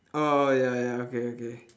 oh ya ya okay okay